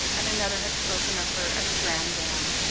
and another had spoken of her as a grande dame,